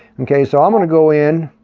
okay, so i'm going to go in,